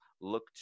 look